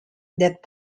that